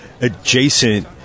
adjacent